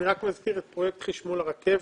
אני מזכיר את פרויקט חשמול הרכבת.